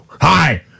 Hi